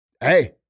Hey